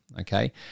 okay